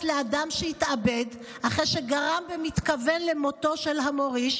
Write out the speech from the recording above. לאדם שהתאבד אחרי שגרם במתכוון למותו של המוריש,